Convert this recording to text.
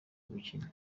gukina